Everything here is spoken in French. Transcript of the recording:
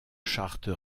chartes